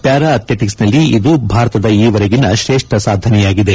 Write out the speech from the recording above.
para ಅಥ್ಲೆಟಿಕ್ಸ್ನಲ್ಲಿ ಇದು ಭಾರತದ ಈವರೆಗಿನ ಶ್ರೇಷ್ತ ಸಾಧನೆಯಾಗಿದೆ